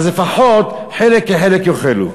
אז לפחות חלק כחלק יאכלו.